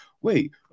wait